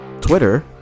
twitter